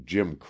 Jim